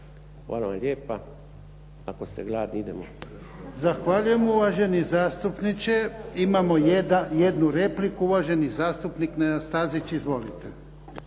Hvala vam lijepa, ako ste gladni idemo. **Jarnjak, Ivan (HDZ)** Zahvaljujem, uvaženi zastupniče. Imamo jednu repliku. Uvaženi zastupnik Nenad Stazić. Izvolite.